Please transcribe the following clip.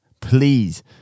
Please